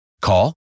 Call